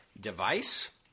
device